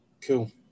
Cool